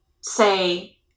say